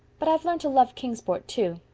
but i've learned to love kingsport, too,